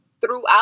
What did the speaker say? throughout